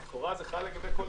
--- לכאורה זה חל על כל אחד,